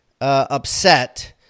Upset